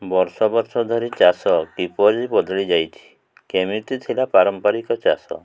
ବର୍ଷ ବର୍ଷ ଧରି ଚାଷ କିପରି ବଦଳି ଯାଇଛି କେମିତି ଥିଲା ପାରମ୍ପାରିକ ଚାଷ